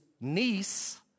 niece